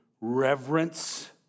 reverence